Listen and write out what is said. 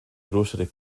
grocery